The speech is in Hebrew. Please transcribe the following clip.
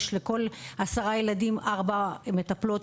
יש לכל עשרה ילדים ארבע מטפלות,